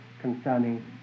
concerning